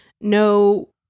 no